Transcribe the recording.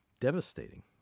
devastating